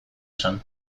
esan